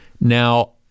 Now